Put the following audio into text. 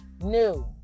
New